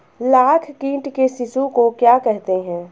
लाख कीट के शिशु को क्या कहते हैं?